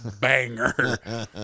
banger